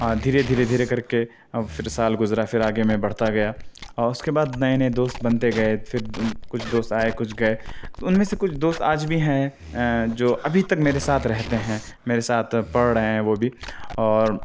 دھیرے دھیرے دھیرے کر کے پھر سال گزرا پھر آگے میں بڑھتا گیا اور اس کے بعد نئے نئے دوست بنتے گئے پھر کچھ دوست آئے کچھ گئے ان میں سے کچھ دوست آج بھی ہیں جو ابھی تک میرے ساتھ رہتے ہیں میرے ساتھ پڑھ رہے ہیں وہ بھی اور